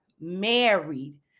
married